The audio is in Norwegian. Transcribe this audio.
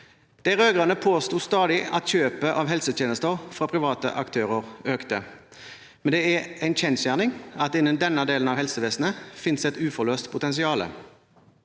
De rød-grønne påsto stadig at kjøp av helsetjenester fra private aktører økte, men det er en kjensgjerning at det innen denne delen av helsevesenet finnes et uforløst potensial.